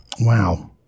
Wow